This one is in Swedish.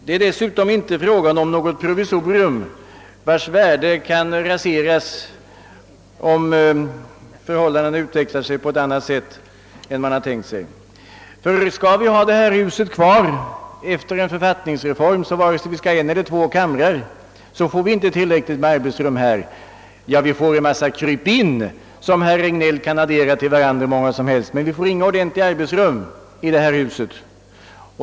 Det är dessutom inte fråga om något provisorium, vars värde kan anses raserat om förhållandena utvecklar sig på ett annat sätt än man tänkt sig. Skall vi ha detta hus kvar efter en författningsreform får vi — vare sig det blir en eller två kamrar — inte tillräckligt med arbetsrum här. Vi får förstås en massa krypin, som herr Regnéll kan addera till varandra hur mycket som helst, men vi får inga ordentliga arbetsrum i det här huset.